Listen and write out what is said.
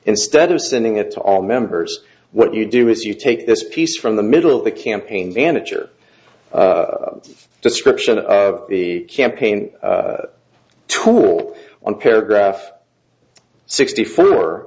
instead of sending it to all members what you do is you take this piece from the middle of the campaign manager description of the campaign tool on paragraph sixty four